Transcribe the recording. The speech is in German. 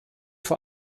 vor